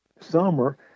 summer